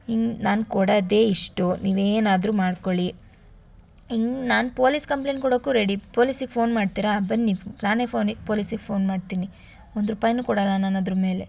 ಇನ್ನು ನಾನು ಕೊಡೋದೇ ಇಷ್ಟು ನೀವು ಏನಾದ್ರೂ ಮಾಡಿಕೊಳ್ಳಿ ಇನ್ನು ನಾನು ಪೊಲೀಸ್ ಕಂಪ್ಲೇಂಟ್ ಕೊಡೋಕೂ ರೆಡಿ ಪೊಲೀಸಿಗೆ ಫೋನ್ ಮಾಡ್ತೀರಾ ಬನ್ನಿ ನಾನೇ ಫೋನಿಗೆ ಪೊಲೀಸಿಗೆ ಫೋನ್ ಮಾಡ್ತೀನಿ ಒಂದು ರೂಪಾಯಿನೂ ಕೊಡೊಲ್ಲ ನಾನು ಅದ್ರ ಮೇಲೆ